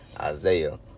Isaiah